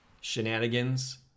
shenanigans